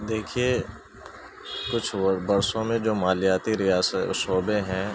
دیکھیے کچھ برسو میں جو مالیاتی ریاس شعبے ہیں